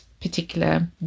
particular